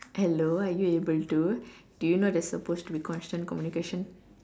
hello are you able to do you know there's suppose to be constant communication